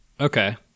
Okay